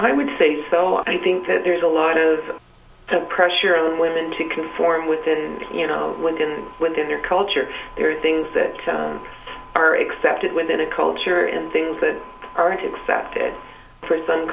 i would say so i think that there is a lot of pressure on women to conform with it you know within within their culture there are things that are accepted within a culture and things that aren't accepted